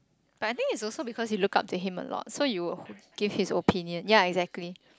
but I think it is also because you look up to him a lot so you would wh~ give his opinion ya exactly